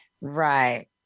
Right